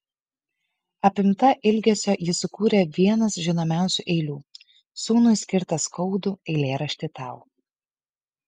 apimta ilgesio ji sukūrė vienas žinomiausių eilių sūnui skirtą skaudų eilėraštį tau